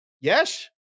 Yes